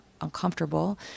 uncomfortable